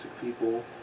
people